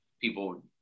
people